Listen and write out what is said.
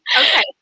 Okay